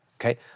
okay